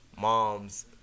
moms